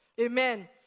Amen